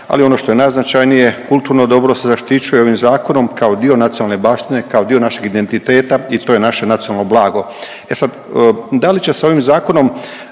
ali ono što je najznačajnije, kulturno dobro se zaštićuje ovim zakonom kao dio nacionalne baštine, kao dio našeg identiteta i to je naše nacionalno blago. E sad, da li će se ovim zakonom